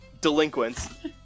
delinquents